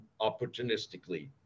opportunistically